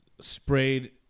sprayed